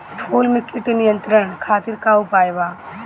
फूल में कीट नियंत्रण खातिर का उपाय बा?